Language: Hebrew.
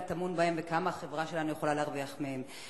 טמון בהם וכמה החברה שלנו יכולה להרוויח מהם.